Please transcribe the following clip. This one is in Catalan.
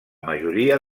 majoria